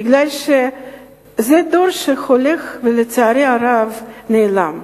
מפני שזה דור שהולך, ולצערי הרב נעלם.